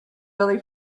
really